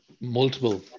multiple